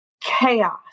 chaos